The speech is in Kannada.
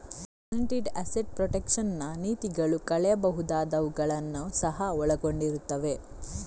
ಗ್ಯಾರಂಟಿಡ್ ಅಸೆಟ್ ಪ್ರೊಟೆಕ್ಷನ್ ನ ನೀತಿಗಳು ಕಳೆಯಬಹುದಾದವುಗಳನ್ನು ಸಹ ಒಳಗೊಂಡಿರುತ್ತವೆ